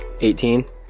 18